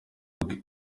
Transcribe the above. bwe